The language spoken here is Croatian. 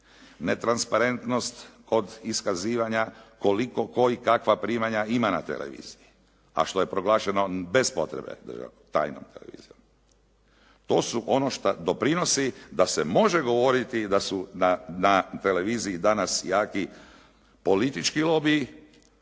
Netransparentnost od iskazivanja koliko, tko i kakva primanja ima na televiziji, a što je proglašeno bez potrebe državnom tajnom televizijom. To su ono šta doprinosi da se može govoriti da su na televiziji danas jaki politički lobiji,